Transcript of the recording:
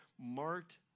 marked